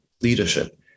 leadership